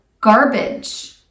garbage